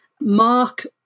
mark